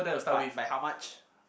but by how much